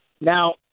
Now